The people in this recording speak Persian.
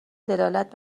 دلالت